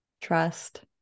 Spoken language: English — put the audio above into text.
trust